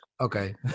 okay